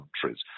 countries